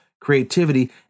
creativity